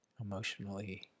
emotionally